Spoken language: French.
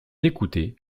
écoutait